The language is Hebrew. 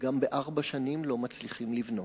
גם בארבע שנים לא מצליחים לבנות.